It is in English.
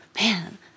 man